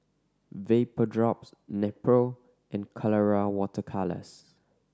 Vapodrops Nepro and Colora Water Colours